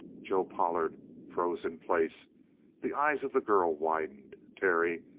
joe pollard froze in place the eyes of the girl widened. terry,